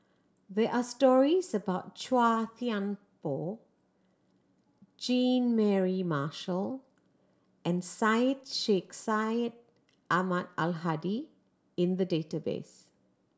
there are stories about Chua Thian Poh Jean Mary Marshall and Syed Sheikh Syed Ahmad Al Hadi in the database